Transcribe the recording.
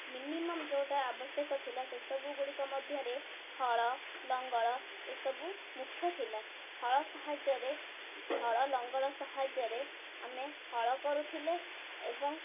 minimum ଯେଉଁଟା ଆବଶ୍ୟକ ଥିଲା ସେସବୁଗୁଡ଼ିକ ମଧ୍ୟରେ ହଳ ଲଙ୍ଗଳ ଏସବୁ ମୁଖ୍ୟ ଥିଲା ହଳ ସାହାଯ୍ୟରେ ହଳ ଲଙ୍ଗଳ ସାହାଯ୍ୟରେ ଆମେ ହଳ କରୁଥିଲେ ଏବଂ